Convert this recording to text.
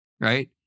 right